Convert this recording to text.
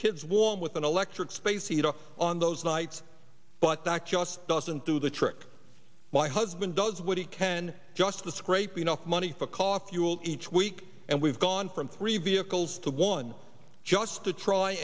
kids warm with an electric space heater on those nights but that just doesn't do the trick my husband does when he can just to scrape enough money for coffee will each week and we've gone from three vehicles to one just to try